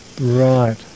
Right